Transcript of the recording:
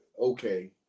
okay